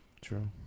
True